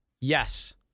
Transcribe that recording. Yes